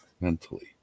mentally